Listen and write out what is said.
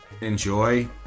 enjoy